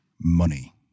money